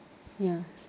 ya